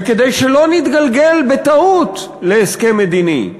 וכדי שלא נתגלגל בטעות להסכם מדיני,